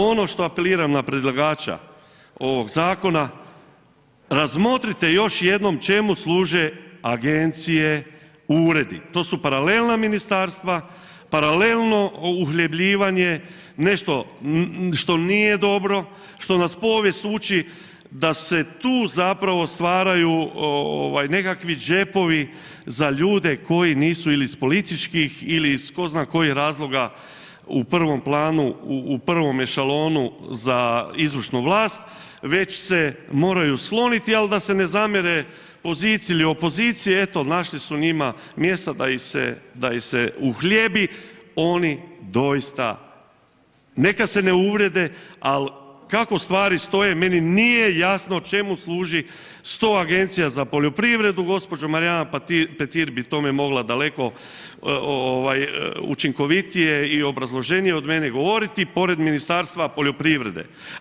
Ono što apeliram na predlagača ovog zakona, razmotrite još jednom čemu služe agencije, uredi, to su paralelna ministarstva, paralelno uhljebljivanje, nešto što nije dobro, što nas povijest uči da se tu zapravo stvaraju ovaj nekakvi džepovi za ljude koji nisu ili iz političkih ili iz tko zna kojih razloga u prvom planu, u prvom ešalonu za izvršnu vlast, već se moraju skloniti ali da se ne zamjere poziciji ili opoziciji eto našli su njima mjesta da ih se uhljebi, oni doista, neka se ne uvrijede, ali kako stvari stoje meni nije jasno čemu služi 100 agencija za poljoprivredu gospođa Marijana Petir bi tome mogla daleko ovaj učinkovitije i obrazloženije od mene govoriti pored Ministarstva poljoprivrede.